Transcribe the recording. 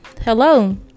hello